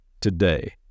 today